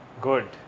Good